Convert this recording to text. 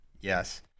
Yes